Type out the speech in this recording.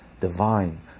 divine